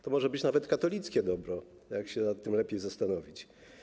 To może być nawet katolickie dobro, jak się nad tym lepiej zastanowić.